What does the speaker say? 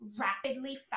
rapidly